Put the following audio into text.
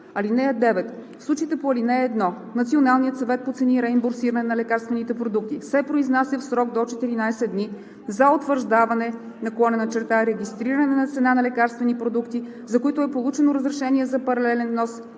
(9) В случаите по ал. 1 Националният съвет по цени и реимбурсиране на лекарствените продукти се произнася в срок до 14 дни за утвърждаване/регистриране на цена на лекарствени продукти, за които е получено разрешение за паралелен внос,